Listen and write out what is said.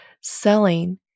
selling